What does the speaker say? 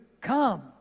come